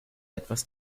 etwas